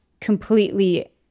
completely